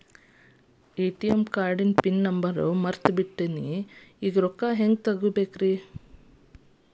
ATM ಕಾರ್ಡಿಂದು pin number ಮರ್ತ್ ಬಿಟ್ಟಿದೇನಿ ಈಗ ರೊಕ್ಕಾ ಹೆಂಗ್ ತೆಗೆಬೇಕು ಹೇಳ್ರಿ ಸಾರ್